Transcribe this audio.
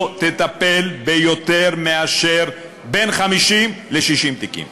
תטפל ביותר מאשר בין 50 ל-60 תיקים.